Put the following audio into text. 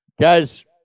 Guys